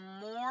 more